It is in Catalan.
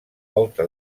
volta